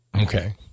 Okay